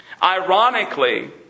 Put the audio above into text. Ironically